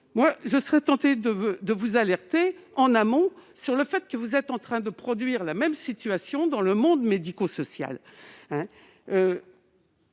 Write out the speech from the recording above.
part, je serais tentée de vous alerter en amont sur le fait que vous êtes en train de produire la même situation dans le monde médico-social.